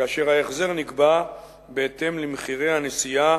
כאשר ההחזר נקבע בהתאם למחירי הנסיעה